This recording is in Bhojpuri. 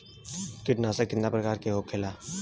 कीटनाशक कितना प्रकार के होखेला?